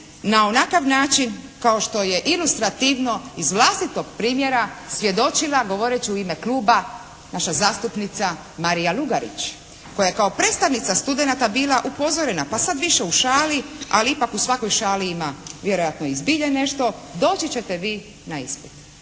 na onakav način kao što je ilustrativno iz vlastitog primjera svjedočila govoreći u ime kluba naša zastupnica Marija Lugarić koja je kao predstavnica studenata bila upozorena pa sad više u šali ali ipak u svakoj šali ima vjerojatno i zbilje nešto: «Doći ćete vi na ispit».